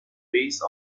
base